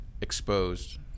exposed